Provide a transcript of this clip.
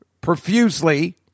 profusely